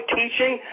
teaching